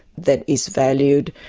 that is valued.